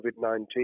COVID-19